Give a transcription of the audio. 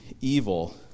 evil